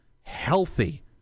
healthy